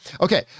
Okay